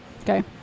Okay